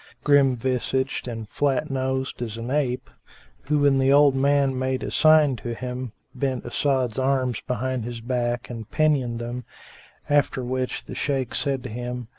grim-visaged and flat nosed as an ape who, when the old man made a sign to him, bent as'ad's arms behind his back and pinioned them after which the shaykh said to him,